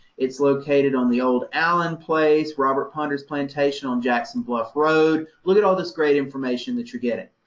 it's located on the old allan place. robert ponder's plantation on jackson bluff road. look at all this great information that you're getting,